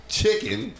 chicken